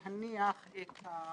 למעשה הישיבה הראשונה